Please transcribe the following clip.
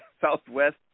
Southwest